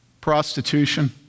prostitution